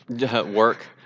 work